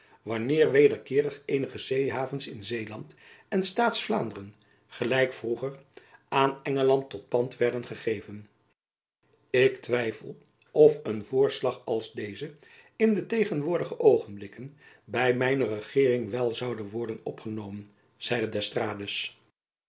wanneer wederkeerig eenige zeehavens in zeeland en staats vlaanderen gelijk vroeger aan engeland tot pand werden gegeven ik twijfel of een voorslag als deze in de tegenwoordige oogenblikken by mijne regeering wèl zoude worden opgenomen zeide d'estrades